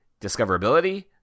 discoverability